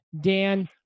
Dan